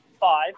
five